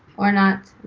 or not,